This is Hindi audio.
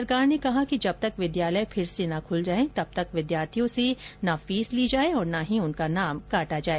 सरकार ने कहा कि जब तक विद्यालय फिर से न खुल जाए तब तक विद्यार्थियों से न फीस ली जाए और ना ही उनका नाम काटा जाए